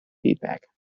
feedback